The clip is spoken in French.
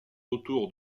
autour